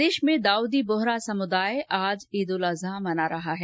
प्रदेश में दाऊदी बोहरा समुदाय आज ईद उल अजहा मना रहा है